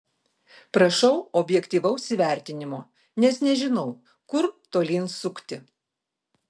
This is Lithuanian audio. prašau objektyvaus įvertinimo nes nežinau kur tolyn sukti